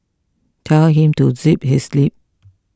tell him to zip his lip